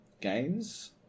games